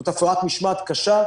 זאת הפרת משמעת קשה,